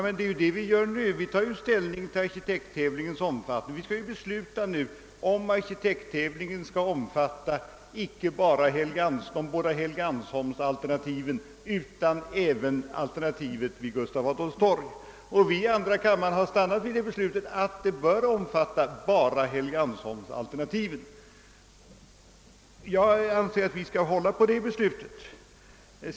Men vad vi nu inbjudes att fatta beslut om är ju att arkitekttävlingen skall omfatta icke bara de båda alternativen beträffande Helgeandsholmen utan också alternativet vid Gustav Adolfs torg. Vi i andra kammaren har redan beslutat att tävlingen skall omfatta enbart de båda första alternativen. Jag anser att vi skall hålla fast vid det beslutet.